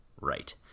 Right